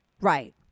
Right